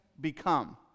become